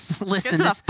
listen